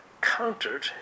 countered